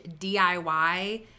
diy